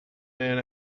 man